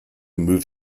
move